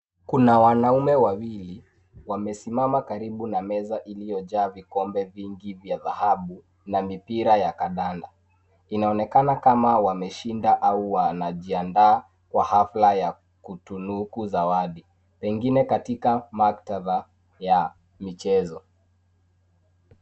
Kuna wanaume wawili wamesimama karibu na meza iliyojaa vikombe vingi vya dhahabu na mipira ya kandanda. Inaonekana kama wameshinda au wanajiandaa kwa hafla ya kutunuku zawadi, pengine katika maktaba ya michezo.